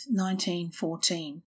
1914